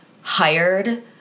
hired